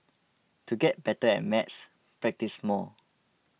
to get better at maths practise more